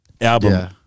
Album